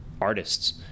artists